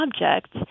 object